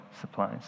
supplies